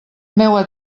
meua